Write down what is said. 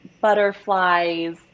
butterflies